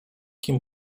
kim